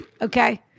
okay